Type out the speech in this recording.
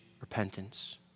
repentance